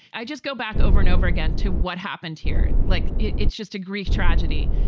i just go back over and over again to what happened here. like it's just a greek tragedy,